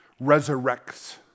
resurrects